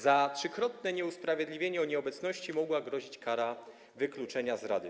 Za trzykrotne nieusprawiedliwione nieobecności mogła grozić kara wykluczenia z rady.